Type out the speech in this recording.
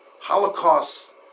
Holocaust